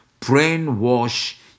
brainwash